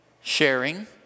sharing